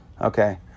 Okay